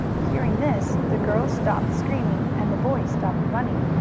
hearing this the girls stopped screaming, and the boys stopped running.